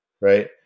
right